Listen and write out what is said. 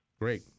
Great